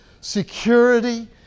security